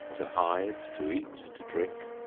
to hide, to eat, to drink,